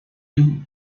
two